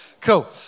Cool